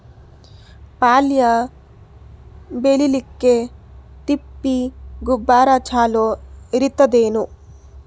ಪಲ್ಯ ಬೇಳಿಲಿಕ್ಕೆ ತಿಪ್ಪಿ ಗೊಬ್ಬರ ಚಲೋ ಇರತದೇನು?